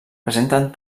presenten